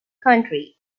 country